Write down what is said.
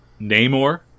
Namor